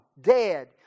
Dead